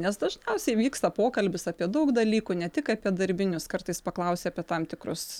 nes dažniausiai vyksta pokalbis apie daug dalykų ne tik apie darbinius kartais paklausia apie tam tikrus